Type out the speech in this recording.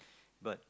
but